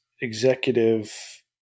executive